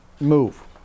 move